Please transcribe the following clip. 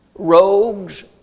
rogues